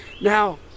now